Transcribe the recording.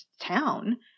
town